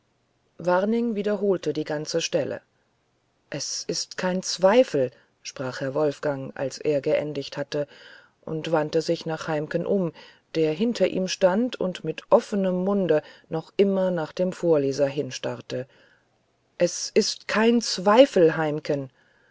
waring wiederholte die ganze stelle es ist kein zweifel sprach herr wolfgang als er geendigt hatte und wandte sich nach heimken um der hinter ihm stand und mit offnem munde noch immer nach dem vorleser hinstarrte es ist kein zweifel heimken